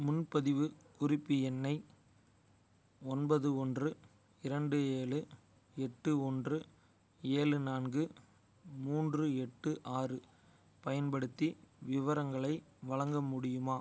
முன்பதிவு குறிப்பு எண்ணை ஒன்பது ஒன்று இரண்டு ஏழு எட்டு ஒன்று ஏழு நான்கு மூன்று எட்டு ஆறு பயன்படுத்தி விவரங்களை வழங்க முடியுமா